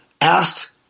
asked